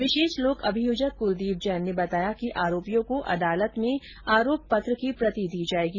विशेष लोक अभियोजक कलदीप जैन ने बताया कि आरोपियों को अदालत में आरोप पत्र की प्रति दी जाएगी